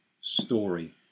story